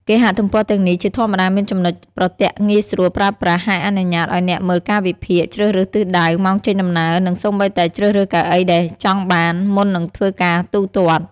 គេហទំព័រទាំងនេះជាធម្មតាមានចំណុចប្រទាក់ងាយស្រួលប្រើប្រាស់ ហើយអនុញ្ញាតឱ្យអ្នកមើលកាលវិភាគ ជ្រើសរើសទិសដៅ ម៉ោងចេញដំណើរ និងសូម្បីតែ ជ្រើសរើសកៅអីដែលចង់បាន មុននឹងធ្វើការទូទាត់។